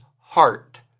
heart